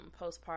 postpartum